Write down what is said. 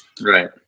Right